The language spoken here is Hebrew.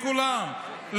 לכולם,